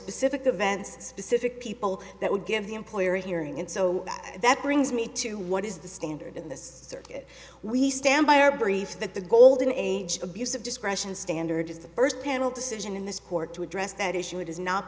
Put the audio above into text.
pacific event specific people that would give the employer hearing and so that brings me to what is the standard in this circuit we stand by our brief that the golden age abuse of discretion standard is the first panel decision in this court to address that issue it has not